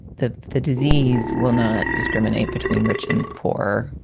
that the disease will not discriminate between rich and poor,